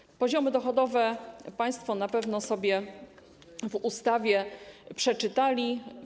Jakie są poziomy dochodowe, państwo na pewno sobie w ustawie przeczytali.